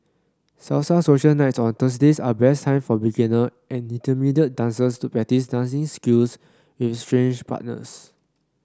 salsa social nights on Thursdays are best time for beginner and intermediate dancers to practice dancing skills with strange partners